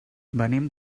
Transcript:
venim